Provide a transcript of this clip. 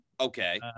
Okay